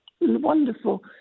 wonderful